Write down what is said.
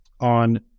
on